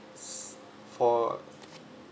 for